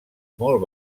molt